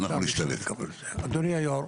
אדוני היו"ר,